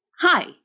Hi